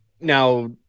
now